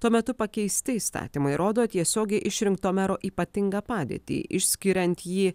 tuo metu pakeisti įstatymai rodo tiesiogiai išrinkto mero ypatingą padėtį išskiriant jį